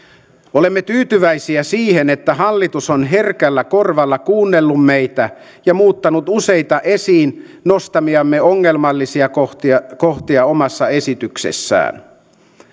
olemme tyytyväisiä siihen että hallitus on herkällä korvalla kuunnellut meitä ja muuttanut useita esiin nostamiamme ongelmallisia kohtia kohtia omassa esityksessään